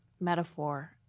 metaphor